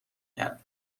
کرد